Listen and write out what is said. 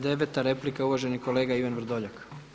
Deveta replika, uvaženi kolega Ivan Vrdoljak.